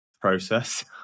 process